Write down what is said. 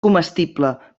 comestible